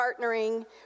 partnering